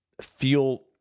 feel